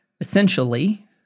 essentially